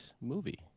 movie